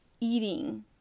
eating